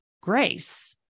grace